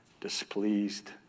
displeased